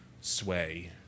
sway